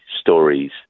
stories